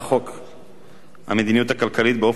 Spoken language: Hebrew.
המדיניות הכלכלית באופן שסעיף 69,